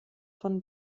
von